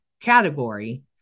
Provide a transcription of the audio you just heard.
category